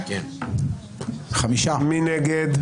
מי נגד?